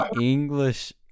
English